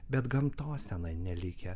bet gamtos tenai nelikę